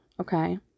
okay